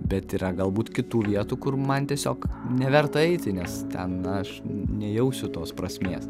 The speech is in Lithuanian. bet yra galbūt kitų vietų kur man tiesiog neverta eiti nes ten aš nejausiu tos prasmės